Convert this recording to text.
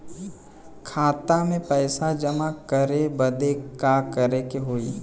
खाता मे पैसा जमा करे बदे का करे के होई?